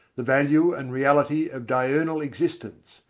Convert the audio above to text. the value and reality of diurnal existence,